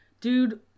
dude